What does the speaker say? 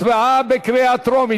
הצבעה בקריאה טרומית.